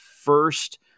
first